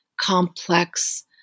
complex